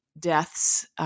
Deaths